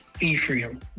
Ephraim